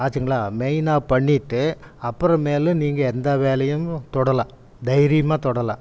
ஆச்சுங்களா main off பண்ணிட்டு அப்புறமேலு நீங்கள் எந்த வேலையும் தொடலாம் தைரியமாக தொடலாம்